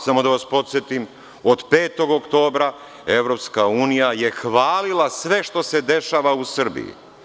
Samo da vas podsetim, od 5. oktobra EU je hvalila sve što se dešava u Srbiji.